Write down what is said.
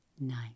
night